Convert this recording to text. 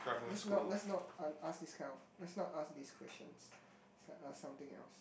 let's not let's not ask this kind of let's not ask these questions let's ask something else